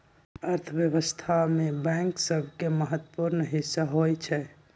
अर्थव्यवस्था में बैंक सभके महत्वपूर्ण हिस्सा होइ छइ